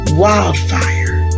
wildfire